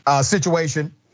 situation